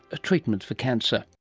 a treatment for cancer